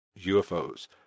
ufos